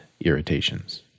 irritations